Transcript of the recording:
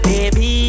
Baby